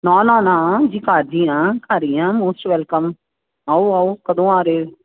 ਨਾ ਨਾ ਨਾ ਜੀ ਕਰਦੀ ਹਾਂ ਘਰੀਂ ਆ ਮੋਸਟ ਵੈਲਕਮ ਆਓ ਆਓ ਕਦੋਂ ਆ ਰਹੇ